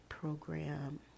program